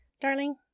Darling